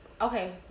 okay